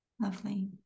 Lovely